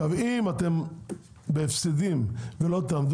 אם אתם בהפסדים ולא תעמדו,